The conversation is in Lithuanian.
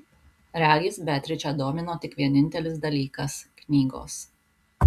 regis beatričę domino tik vienintelis dalykas knygos